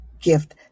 gift